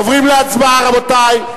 עוברים להצבעה, רבותי.